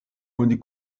oni